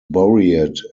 buried